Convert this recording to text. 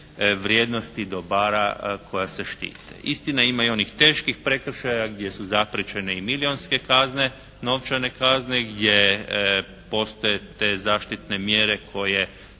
vrijednosti dobara koja se štite. Istina ima i onih teških prekršaja gdje su zapriječene i milijonske kazne, novčane kazne gdje postoje te zaštitne mjere koje